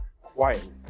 quietly